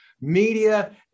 media